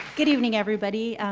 good evening everybody, i'm